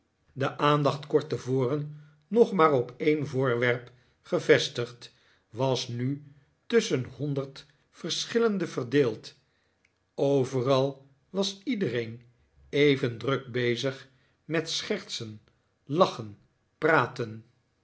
de aandacht kort tevoren nog maar op een voorwerp gevestjtgd was nu tusschen honderd verschillende verdeeld overal was iedereen even druk bezig met schertsen lachen praten